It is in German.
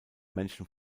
menschen